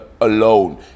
alone